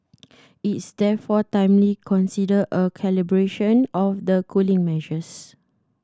it is therefore timely consider a calibration of the cooling measures